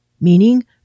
meaning